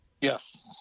Yes